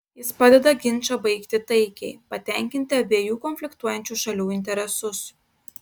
jis padeda ginčą baigti taikiai patenkinti abiejų konfliktuojančių šalių interesus